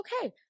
okay